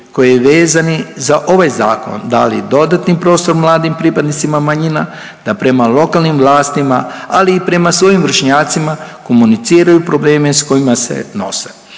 koje je vezani za ovaj Zakon dali dodatni prostor mladim pripadnicima manjina, da prema lokalnim vlastima, ali i prema svojim vršnjacima komuniciraju probleme s kojima se nose.